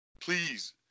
Please